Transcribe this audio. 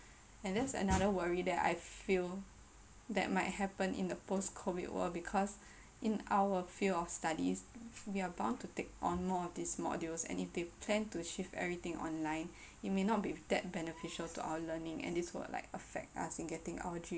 and that's another worry that I feel that might happen in the post COVID world because in our field of studies we are bound to take on more of these modules and if they plan to shift everything online it may not be that beneficial to our learning and this will like affect us in getting our drea~